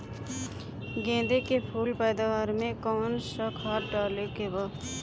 गेदे के फूल पैदवार मे काउन् सा खाद डाले के बा?